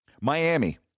Miami